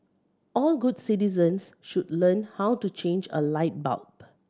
all good citizens should learn how to change a light bulb